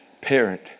parent